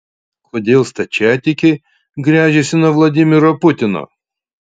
kodėl stačiatikiai gręžiasi nuo vladimiro putino